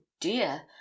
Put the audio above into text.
dear